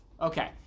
Okay